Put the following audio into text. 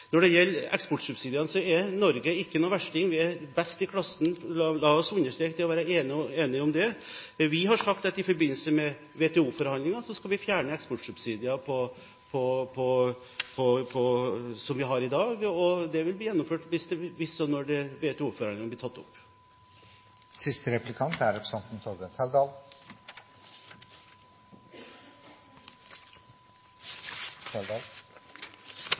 Når det gjelder eksportsubsidier, er Norge ikke noen versting. Vi er best i klassen – la oss understreke det og være enige om det. Vi har sagt at i forbindelse med WTO-forhandlinger skal vi fjerne eksportsubsidier som vi har i dag. Det vil bli gjennomført hvis og når WTO-forhandlingene blir tatt opp.